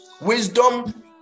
Wisdom